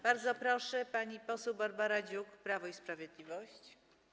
Bardzo proszę, pani poseł Barbara Dziuk, Prawo i Sprawiedliwość.